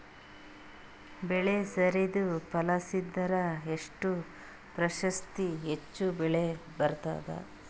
ಬೆಳಿ ಸರದಿ ಪಾಲಸಿದರ ಎಷ್ಟ ಪ್ರತಿಶತ ಹೆಚ್ಚ ಬೆಳಿ ಬರತದ?